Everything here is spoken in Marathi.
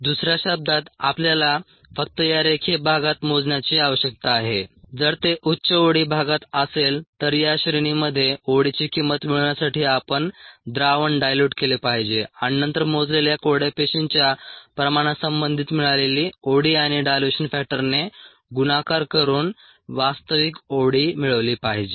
दुसऱ्या शब्दांत आपल्याला फक्त या रेखीय भागात मोजण्याची आवश्यकता आहे जर ते उच्च ओडी भागात असेल तर या श्रेणीमध्ये ओडीची किंमत मिळविण्यासाठी आपण द्रावण डायल्युट केले पाहिजे आणि नंतर मोजलेल्या कोरड्या पेशींच्या प्रमाणासंबंधित मिळालेली ओडी आणि डायल्युशन फॅक्टरने गुणाकार करून वास्तविक ओडी मिळवली पाहिजे